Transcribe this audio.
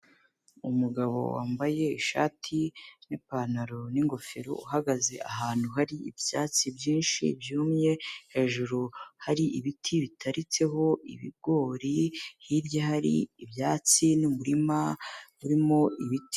Umugabo wambaye ishati n'ipantaro n'ingofero uhagaze ahantu hari ibyatsi byinshi byumye, hejuru hari ibiti bitaritseho ibigori, hirya hari ibyatsi n'umurima urimo ibiti.